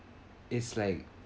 it's like